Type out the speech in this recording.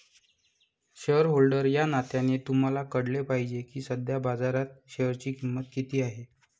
shareholder या नात्याने तुम्हाला कळले पाहिजे की सध्या बाजारात शेअरची किंमत किती आहे